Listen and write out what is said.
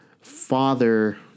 father